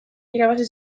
irabazi